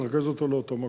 נרכז אותו לאותו מקום.